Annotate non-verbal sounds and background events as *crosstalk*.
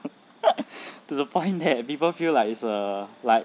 *laughs* to the point that people feel like it's a like